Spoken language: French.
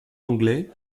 anglais